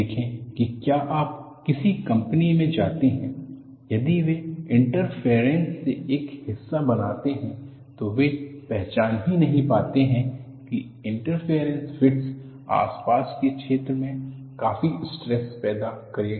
देखें कि क्या आप किसी कंपनी में जाते हैं यदि वे इंटरफेरेंस से एक हिस्सा बनाते हैं तो वे पहचान भी नहीं पाते हैं कि इंटरफेरेंस फिटस आसपास के क्षेत्र में काफी स्ट्रेस पैदा करेगा